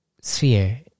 Sphere